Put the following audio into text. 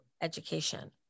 education